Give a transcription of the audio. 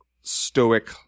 stoic